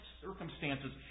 circumstances